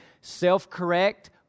self-correct